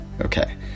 Okay